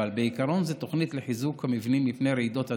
אבל בעיקרון זו תוכנית לחיזוק המבנים מפני רעידות אדמה.